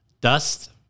dust